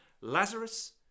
Lazarus